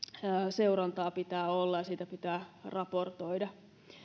seurantaa pitää olla ja siitä pitää raportoida